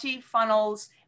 funnels